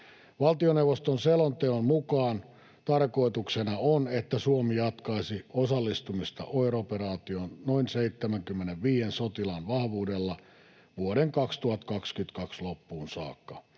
Valtioneuvoston selonteon mukaan tarkoituksena on, että Suomi jatkaisi osallistumista OIR-operaatioon noin 75 sotilaan vahvuudella vuoden 2022 loppuun saakka.